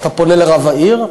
אתה פונה לרב העיר,